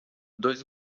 dois